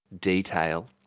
detail